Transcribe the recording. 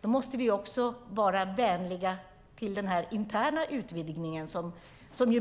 Då måste vi också vara vänligt inställda till intern utvidgning, som ju